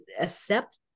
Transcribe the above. accept